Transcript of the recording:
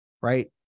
right